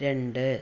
രണ്ട്